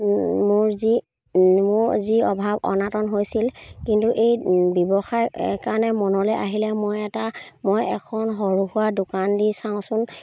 মোৰ যি মোৰ যি অভাৱ অনাটন হৈছিল কিন্তু এই ব্যৱসায় কাৰণে মনলৈ আহিলে মই এটা মই এখন সৰু সুৰা দোকান দি চাওঁচোন